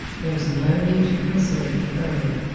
there's no need to commiserate me further.